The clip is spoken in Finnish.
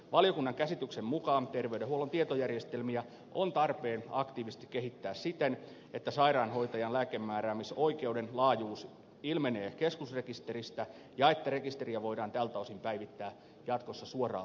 valiokunnan käsityksen mukaan terveydenhuollon tietojärjestelmiä on tarpeen aktiivisesti kehittää siten että sairaanhoitajan lääkkeenmääräämisoikeuden laajuus ilmenee keskusrekisteristä ja että rekisteriä voidaan tältä osin päivittää jatkossa suoraan terveyskeskuksista